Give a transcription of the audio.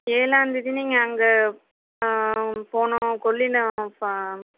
ஏழாந்தேதி நீங்கள் அங்கே போகணும் கொள்ளிடம் பா